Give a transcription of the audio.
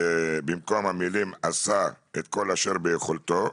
במקום המילים "עשה את כל אשר ביכולתו",